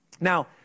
Now